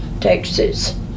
Texas